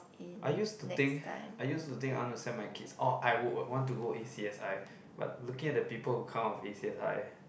I used to think I used to think I wanna send my kids or I would want to go a_c_s_i but looking at the people who come out of a_c_s_i